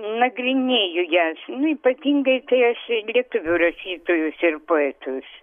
nagrinėju jas nu ypatingai tai aš lietuvių rašytojus ir poetus